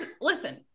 listen